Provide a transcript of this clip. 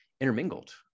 intermingled